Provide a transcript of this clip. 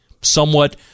somewhat